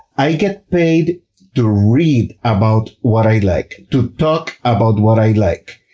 i get paid to read about what i like, to talk about what i like,